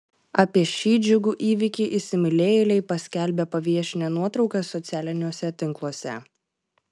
apie šį džiugų įvykį įsimylėjėliai paskelbė paviešinę nuotraukas socialiniuose tinkluose